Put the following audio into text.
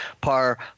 par